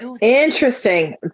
Interesting